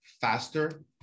faster